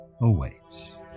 awaits